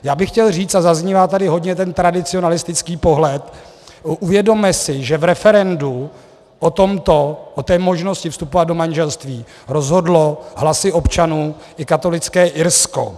Já bych chtěl říci, a zaznívá tady hodně ten tradicionalistický pohled, uvědomme si, že v referendu o té možnosti vstupovat do manželství rozhodlo hlasy občanů i katolické Irsko.